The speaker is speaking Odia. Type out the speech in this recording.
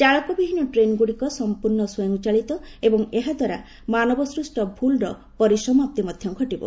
ଚାଳକ ବିହୀନ ଟ୍ରେନ୍ଗୁଡ଼ିକ ସମ୍ପୂର୍ଣ୍ଣ ସ୍ୱୟଂଚାଳିତ ଏବଂ ଏହାଦ୍ୱାରା ମାନବସୃଷ୍ଟ ଭୁଲ୍ର ପରିସମାପ୍ତି ମଧ୍ୟ ଘଟିବ